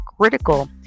critical